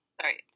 Sorry